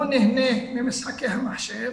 הוא נהנה ממשחקי המחשב,